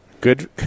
Good